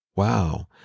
wow